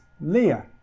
Leah